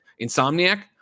Insomniac